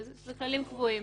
אלה כללים קבועים,